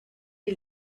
die